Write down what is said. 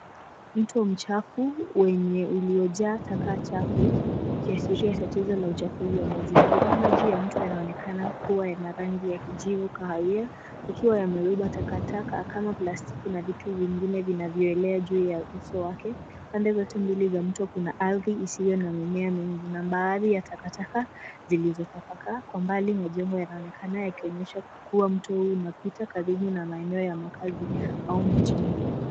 Mto mchafu wenye uliojaa taka chafu, ukiashiria tatizo la uchafuzi ya mazingira. Maji ya mto unaonekana kuwa yana rangi ya kijivu kahawia ikiwa yamebeba takataka kama plastiki na vitu vingine vinavyo elea juu ya uso wake. Pande zote mbili za mto kuna ardhi isiyo na mimea mingi na baadhi ya takataka zilzotapaka. Kwa mbali majengo yanaonekana yakionyesha kukuwa mto huu unapita karibu na maeneo ya makazi au mjini.